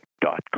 dot